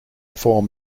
form